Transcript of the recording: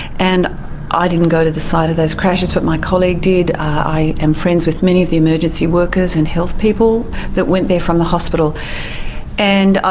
and i didn't go to the site of those crashes, but my colleague did, i am friends with many of the emergency workers and health people that went there from the hospital and, ah